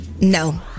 no